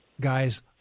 guys